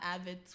avid